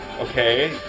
Okay